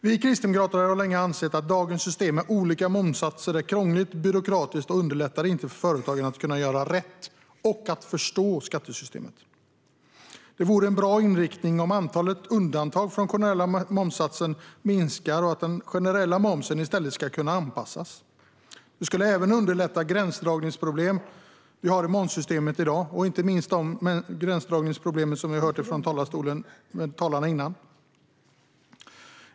Vi kristdemokrater har länge ansett att dagens system med olika momssatser är krångligt, byråkratiskt och inte underlättar för företagaren att kunna göra rätt och förstå skattesystemet. Det vore en bra inriktning om antalet undantag från den generella momssatsen minskar och att den generella momsen i stället skulle kunna anpassas. Det skulle även underlätta de gränsdragningsproblem vi har i momssystemet i dag, något som vi hört om från tidigare talare.